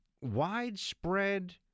widespread